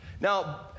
Now